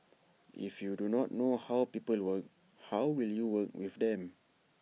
if you do not know how people work how will you work with them